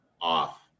off